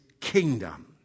kingdom